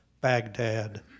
Baghdad